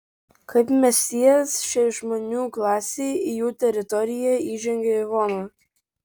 kaip mesijas šiai žmonių klasei į jų teritoriją įžengia ivona